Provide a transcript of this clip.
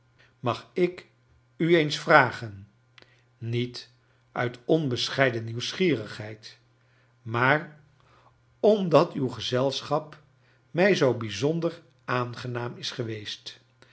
mag ik u eens vragen niet uit onbescheiden nieuwsgierigheid maar omdat uw gezelschap mij zoo bijzonder aangenaam is geweest